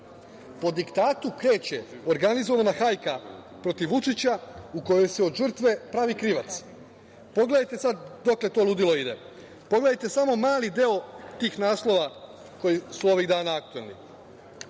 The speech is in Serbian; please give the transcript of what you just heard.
po diktatu kreće organizovana hajka protiv Vučića, u kojoj se od žrtve pravi krivac. Pogledajte sada dokle to ludilo ide. Pogledajte samo mali deo tih naslova koji su ovih dana aktuelni